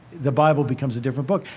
the bible becomes a different book.